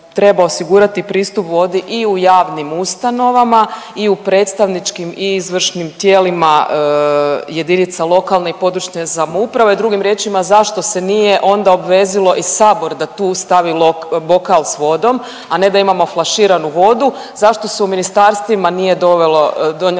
osigurati pristup vodi i u javnim ustanovama i u predstavničkim i izvršnim tijelima jedinica lokalne i područne samouprave. Drugim riječima, zašto se nije onda obvezalo i Sabor da tu stavi bokal sa vodom, a ne da imamo flaširanu vodu. Zašto se u ministarstvima nije donijelo